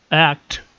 ACT